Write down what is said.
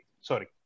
Sorry